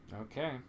Okay